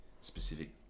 specific